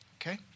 okay